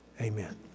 Amen